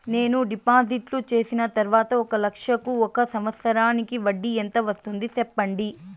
నేను డిపాజిట్లు చేసిన తర్వాత ఒక లక్ష కు ఒక సంవత్సరానికి వడ్డీ ఎంత వస్తుంది? సెప్పండి?